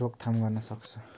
रोकथाम गर्न सक्छ